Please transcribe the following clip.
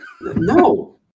no